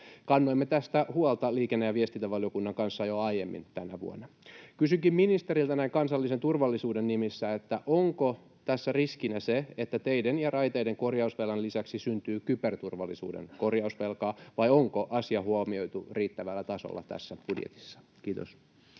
Kannoimme tästä huolta liikenne- ja viestintävaliokunnan kanssa jo aiemmin tänä vuonna. Kysynkin ministeriltä näin kansallisen turvallisuuden nimissä: onko tässä riskinä se, että teiden ja raiteiden korjausvelan lisäksi syntyy kyberturvallisuuden korjausvelkaa, vai onko asia huomioitu riittävällä tasolla tässä budjetissa? — Kiitos.